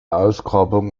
ausgrabung